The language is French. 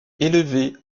élevée